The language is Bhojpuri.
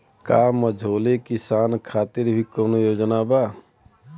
का मझोले किसान खातिर भी कौनो योजना बा?